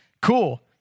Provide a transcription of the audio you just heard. cool